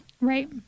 Right